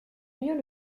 mieux